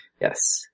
Yes